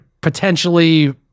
potentially